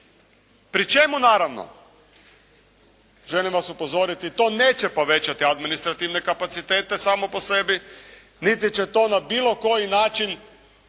Pri čemu naravno želim vas upozoriti, to neće povećati administrativne kapacitete samo po sebi niti će to na bilo koji način povećati